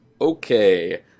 Okay